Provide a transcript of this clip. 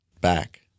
back